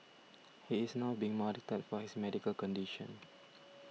he is now being monitored for his medical condition